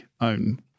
own